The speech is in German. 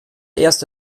erst